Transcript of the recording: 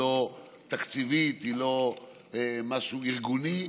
לא תקציבית ולא משהו ארגוני,